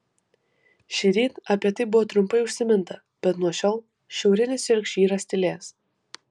šįryt apie tai buvo trumpai užsiminta bet nuo šiol šiaurinis jorkšyras tylės